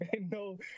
no